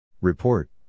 Report